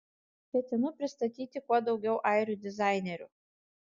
ketinu pristatyti kuo daugiau airių dizainerių